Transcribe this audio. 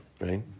right